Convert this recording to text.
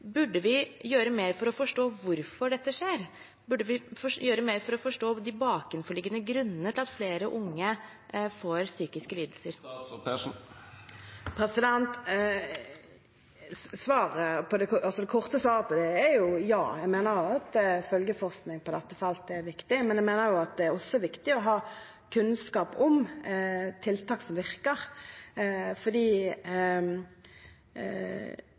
Burde vi gjøre mer for å forstå hvorfor dette skjer? Burde vi gjøre mer for å forstå de bakenforliggende grunnene til at flere unge får psykiske lidelser? Det korte svaret er ja. Jeg mener at følgeforskning på dette feltet er viktig, men jeg mener at det også er viktig å ha kunnskap om tiltak som virker.